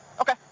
Okay